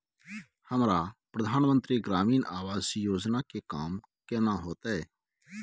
हमरा प्रधानमंत्री ग्रामीण आवास योजना के काम केना होतय?